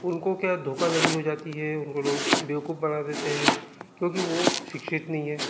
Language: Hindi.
उनको क्या धोखाधड़ी हो जाती है वो लोग बेवक़ूफ़ बना देते हैं क्योंकि वो शिक्षित नहीं हैं